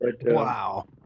Wow